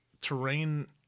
terrain